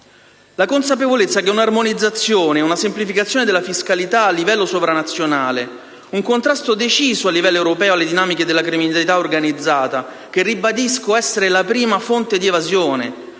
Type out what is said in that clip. la consapevolezza che un'armonizzazione, una semplificazione della fiscalità a livello sovranazionale, un contrasto deciso a livello europeo alle dinamiche della criminalità organizzata, che ribadisco essere la prima fonte di evasione,